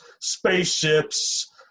spaceships